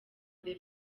the